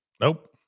Nope